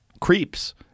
creeps